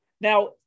Now